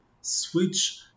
switch